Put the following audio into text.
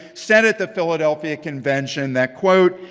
said at the philadelphia convention that, quote,